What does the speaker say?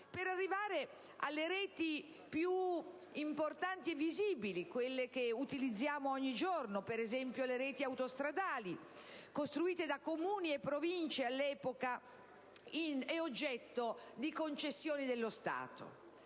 per arrivare alle reti più importanti e visibili, quelle che utilizziamo ogni giorno, per esempio le reti autostradali, costruite all'epoca da Comuni e Province e oggetto di concessione dello Stato.